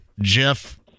Jeff